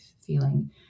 feeling